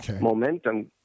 momentum